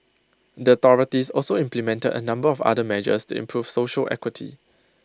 the authorities also implemented A number of other measures to improve social equity